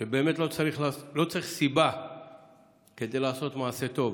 שבאמת לא צריך סיבה כדי לעשות מעשה טוב.